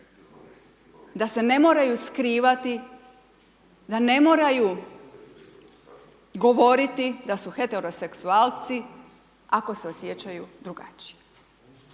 da se ne moraju skrivati, da ne moraju govoriti da su heteroseksualci ako se osjećaju drugačije.